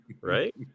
right